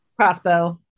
Crossbow